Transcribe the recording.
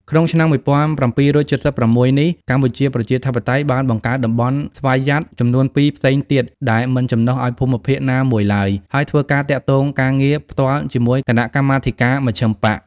ក្នុងឆ្នាំ១៩៧៦នេះ កម្ពុជាប្រជាធិបតេយ្យបានបង្កើតតំបន់ស្វយ័តចំនួនពីរផ្សេងទៀតដែលមិនចំណុះឱ្យភូមិភាគ ណាមួយឡើយ ហើយធ្វើការទាក់ទងការងារផ្ទាល់ជាមួយគណៈកម្មាធិការមជ្ឈិមបក្ស។